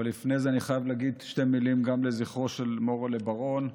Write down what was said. אבל לפני זה אני חייב להגיד שתי מילים גם לזכרו של מור'לה בר-און,